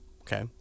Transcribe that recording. Okay